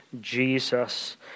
Jesus